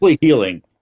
healing